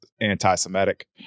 anti-Semitic